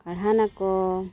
ᱯᱟᱲᱦᱟᱱ ᱟᱠᱚ